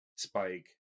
spike